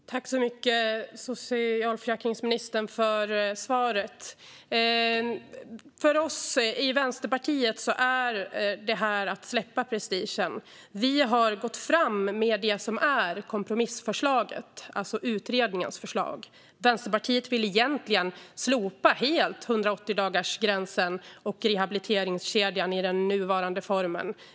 Fru talman! Jag tackar socialförsäkringsministern för svaret. För oss i Vänsterpartiet är detta att släppa prestigen. Vi har gått fram med det som är kompromissförslaget, det vill säga utredningens förslag. Vänsterpartiet vill egentligen helt slopa 180-dagarsgränsen och rehabiliteringskedjan i nuvarande form.